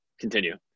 continue